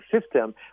system